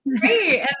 great